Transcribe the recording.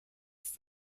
ist